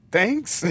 Thanks